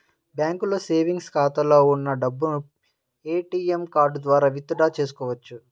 బ్యాంకులో సేవెంగ్స్ ఖాతాలో ఉన్న డబ్బును ఏటీఎం కార్డు ద్వారా విత్ డ్రా చేసుకోవచ్చు